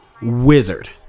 wizard